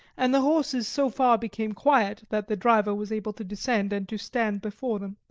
and the horses so far became quiet that the driver was able to descend and to stand before them.